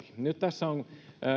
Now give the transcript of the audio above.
nyt tässä on